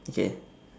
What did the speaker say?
okay